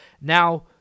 Now